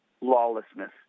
lawlessness